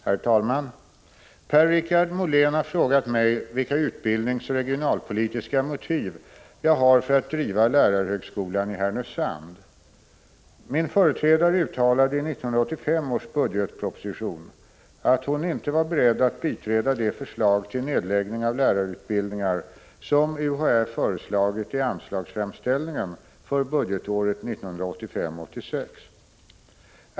Herr talman! Per-Richard Molén har frågat mig vilka utbildningsoch regionalpolitiska motiv jag har för att driva lärarhögskolan i Härnösand. Min företrädare uttalade i 1985 års budgetproposition (prop. 1984 86.